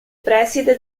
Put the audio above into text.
preside